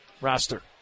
roster